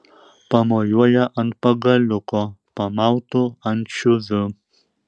pamojuoja ant pagaliuko pamautu ančiuviu